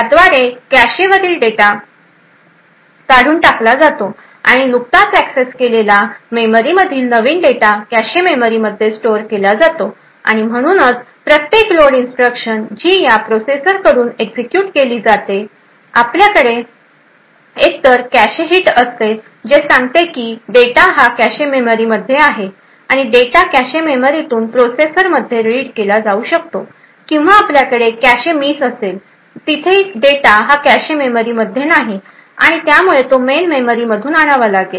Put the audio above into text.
ज्याद्वारे कॅशेवरील डेटा काढून टाकला जातो आणि नुकताच ऍक्सेस केलेला मेमरीमधील नवीन डेटा कॅशे मेमरीमध्ये स्टोअर केला जातो आणि म्हणूनच प्रत्येक लोड इन्स्ट्रक्शन जी या प्रोसेसर कडून एक्झिक्युट केली जाते आपल्याकडे एकतर कॅशे हिट असते जे सांगते की डेटा हा कॅशे मेमरी मध्ये आहे आणि डेटा कॅशे मेमरी तून प्रोसेसर मध्ये रीड केला जाऊ शकतो किंवा आपल्याकडे कॅशे मिस असेल तिथे डेटा हा कॅशे मेमरीमध्ये नाही आणि त्यामुळे तो मेन मेमरीमधून आणावा लागेल